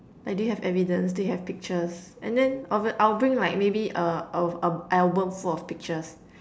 like do you have evidence do you have pictures and then obvi~ I'll bring like maybe a a a album full of pictures